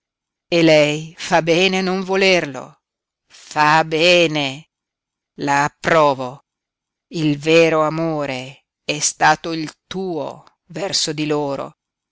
e lei fa bene a non volerlo fa bene la approvo il vero amore è stato il tuo verso di loro